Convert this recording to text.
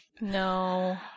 No